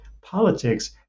politics